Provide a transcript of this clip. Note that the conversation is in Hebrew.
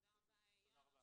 תודה רבה, יונה.